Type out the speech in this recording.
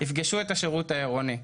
יפגשו את השירות העירוני.